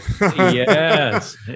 yes